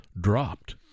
dropped